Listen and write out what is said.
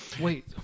wait